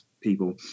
people